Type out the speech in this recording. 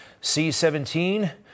C-17